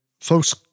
folks